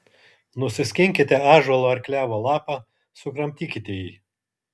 nusiskinkite ąžuolo ar klevo lapą sukramtykite jį